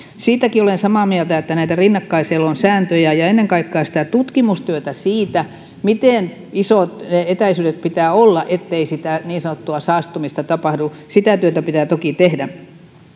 siitäkin olen samaa mieltä että tarvitaan näitä rinnakkaiselon sääntöjä ja ennen kaikkea tutkimustyötä siitä miten isot etäisyydet pitää olla ettei sitä niin sanottua saastumista tapahdu sitä työtä pitää toki tehdä